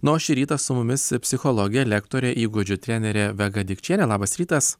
na o šį rytą su mumis psichologė lektorė įgūdžių trenerė vega dikčienė labas rytas